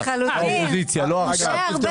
לילי,